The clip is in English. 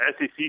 SEC